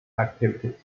activities